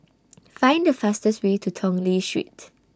Find The fastest Way to Tong Lee Street